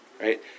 Right